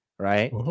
right